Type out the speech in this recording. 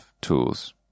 tools